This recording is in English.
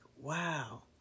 wow